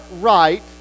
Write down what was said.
right